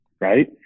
right